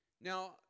Now